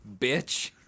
Bitch